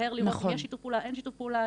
מהר לראות אם יש שיתוף פעולה או אין שיתוף פעולה,